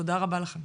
תודה רבה לכם,